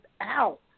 out